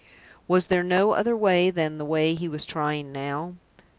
was there no other way than the way he was trying now?